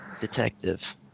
Detective